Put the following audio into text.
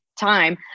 time